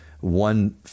one